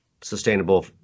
sustainable